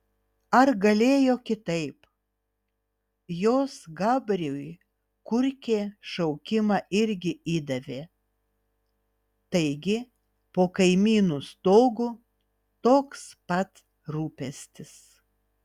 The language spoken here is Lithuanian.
ar galėjo kitaip jos gabriui kurkė šaukimą irgi įdavė taigi po kaimynų stogu toks pat rūpestis